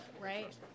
Right